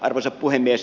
arvoisa puhemies